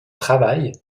travail